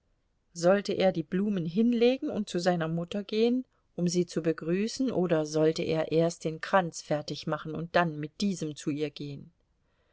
sollte er die blumen hinlegen und zu seiner mutter gehen um sie zu begrüßen oder sollte er erst den kranz fertigmachen und dann mit diesem zu ihr gehen